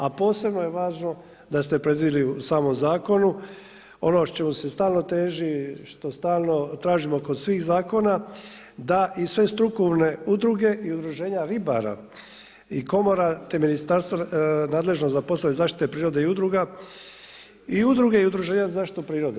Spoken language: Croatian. A posebno je važno da ste predvidjeli u samom zakonu ono čemu se stalno teži, što stalno tražimo kod svih zakona da i sve strukovne udruge i udruženja ribara i komora te ministarstvo nadležno za poslove zaštite prirode i udruga i udruge i udruženja za zaštitu prirode.